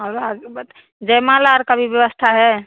और आगे बता जयमाला आर का भी व्यवस्था है